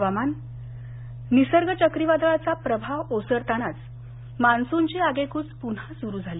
हवामान निसर्ग चक्रीवादळाचा प्रभाव ओसरताच मान्सूनची आगेक्रच पुन्हा सुरू झाली